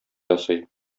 ясый